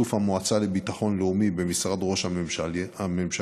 בשיתוף המועצה לביטחון לאומי במשרד ראש הממשלה,